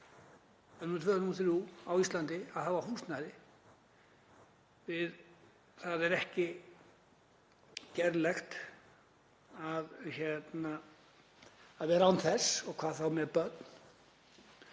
eitt, tvö og þrjú á Íslandi að hafa húsnæði. Það er ekki gerlegt að vera án þess og hvað þá með börn.